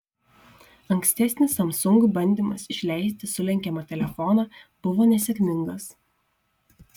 ankstesnis samsung bandymas išleisti sulenkiamą telefoną buvo nesėkmingas